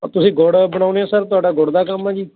ਤੁਸੀਂ ਗੁੜ ਬਣਾਉਂਦੇ ਹੋ ਸਰ ਤੁਹਾਡਾ ਗੁੜ ਦਾ ਕੰਮ ਆ ਜੀ